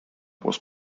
was